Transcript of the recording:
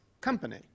company